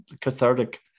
cathartic